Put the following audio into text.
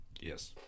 Yes